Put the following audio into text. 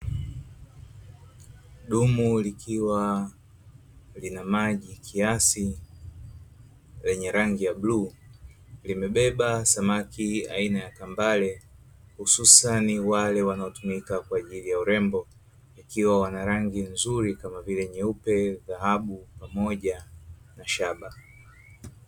Dumu likiwa lina maji kiasi lenye rangi ya bluu, limebeba samaki aina ya kambale hususani wale wanaotumika kwa ajili ya urembo, ikiwa wana rangi nzuri, kama vile: nyeupe, dhahabu pamoja na shaba.